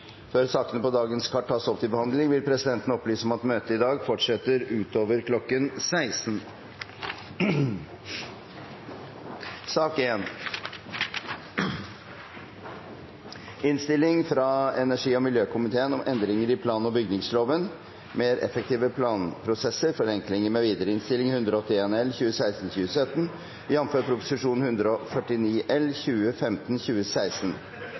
Før sakene på dagens kart tas opp til behandling, vil presidenten opplyse om at møtet i dag fortsetter utover kl. 16. Etter ønske fra energi- og miljøkomiteen vil presidenten foreslå at taletiden blir begrenset til 5 minutter til hver partigruppe og 5 minutter til medlemmer av regjeringen. Videre